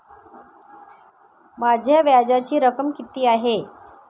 माझ्या व्याजाची रक्कम किती आहे?